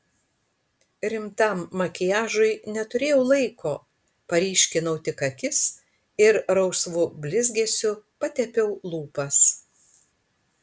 rimtam makiažui neturėjau laiko paryškinau tik akis ir rausvu blizgesiu patepiau lūpas